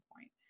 point